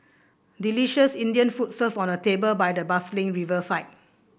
delicious Indian food served on a table by the bustling riverside